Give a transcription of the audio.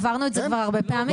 עברנו את זה כבר הרבה פעמים.